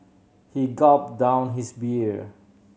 he gulped down his beer